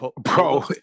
Bro